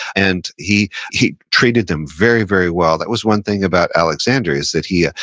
and he he treated them very, very well. that was one thing about alexander is that he, ah